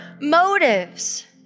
motives